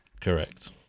Correct